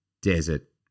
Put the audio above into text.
desert